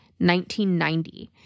1990